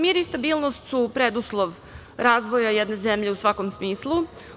Mir i stabilnost su preduslov razvoja jedne zemlje u svakom smislu.